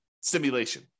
simulation